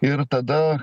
ir tada